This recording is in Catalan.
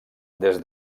des